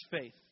faith